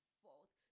fourth